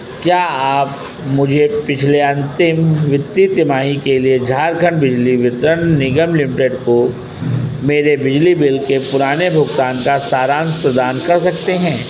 क्या आप मुझे पिछले अंतिम वित्तीय तिमाही के लिए झारखंड बिजली वितरण निगम लिमिटेड को मेरे बिजली बिल के पुराने भुगतान का सारांश प्रदान कर सकते हैं